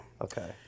Okay